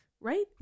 right